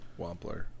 Wampler